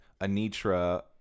Anitra